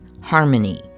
harmony